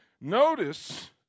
notice